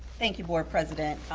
thank you, board president.